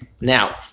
Now